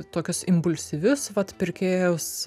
tokius impulsyvius vat pirkėjus